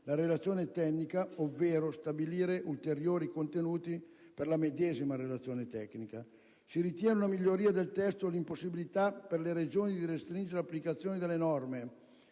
la relazione tecnica ovvero stabilire ulteriori contenuti per la medesima relazione tecnica. Si ritiene una miglioria del testo l'impossibilità per le Regioni di restringere l'applicazione delle norme,